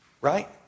Right